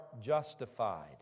justified